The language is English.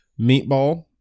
Meatball